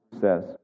says